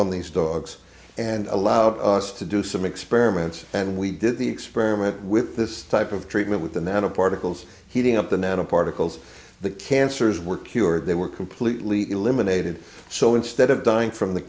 on these dogs and allowed us to do some experiments and we did the experiment with this type of treatment with and then of particles heating up the nano particles the cancers were cured they were completely eliminated so instead of dying from the